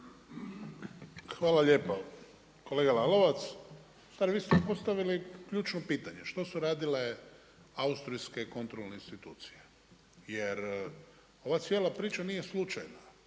Hvala lijepa. Kolega Lalovac, u stvari vi ste postavili ključno pitanje što su radile austrijske kontrolne institucije? Jer ova cijela priča nije slučajna,